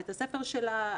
בית הספר שלה,